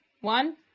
one